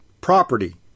Property